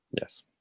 Yes